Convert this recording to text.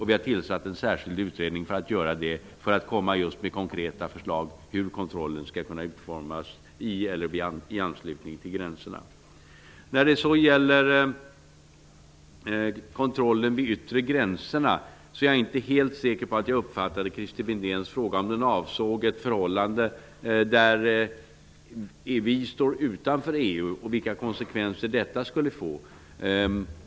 Vi har tillsatt en särskild utredning för att kunna göra det och för att just kunna komma med konkreta förslag till hur kontrollen skall utformas i anslutning till gränserna. När det gäller kontrollen vid de yttre gränserna är jag inte helt säker på att jag uppfattade om Christer Windén med sin fråga avsåg ett förhållande där vi står utanför EU och vilka konsekvenser detta skulle få.